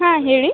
ಹಾಂ ಹೇಳಿ